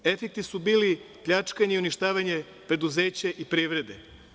Efekti su bili pljačkanje i uništavanje preduzeća i privrede.